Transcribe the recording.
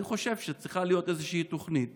אני חושב שצריכה להיות איזושהי תוכנית